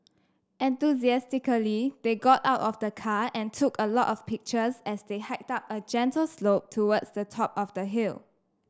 enthusiastically they got out of the car and took a lot of pictures as they hiked up a gentle slope towards the top of the hill